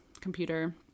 computer